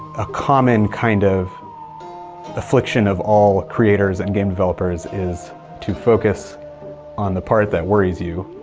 a common kind of affliction of all creators and game developers is to focus on the part that worries you,